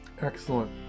excellent